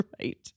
Right